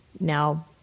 now